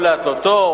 או להתנותו,